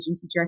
teacher